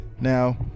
Now